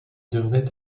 devrait